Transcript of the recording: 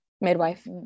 Midwife